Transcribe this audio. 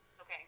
Okay